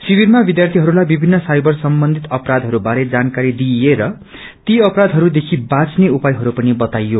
श्रिविरमा विध्यार्थीहरूलाई विभिन्न साईबर सम्बन्धित अपराधहरू बारे जानकारी दिइएर ती अपराधहस्देखि बाँच्ने उपायहरू पनि बताइयो